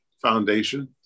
Foundation